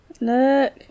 Look